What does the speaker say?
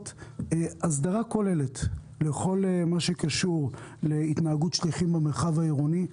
הסדרה כוללת בכל מה שקשור להתנהגות שליחים במרחב העירוני.